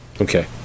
Okay